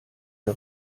der